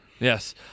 Yes